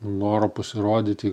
noro pasirodyti